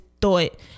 thought